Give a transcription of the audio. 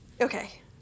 okay